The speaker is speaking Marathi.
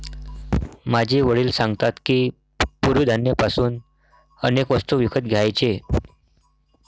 माझे वडील सांगतात की, पूर्वी धान्य पासून अनेक वस्तू विकत घ्यायचे